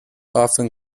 often